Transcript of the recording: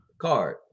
card